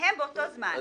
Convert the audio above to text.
שניהם באותו זמן.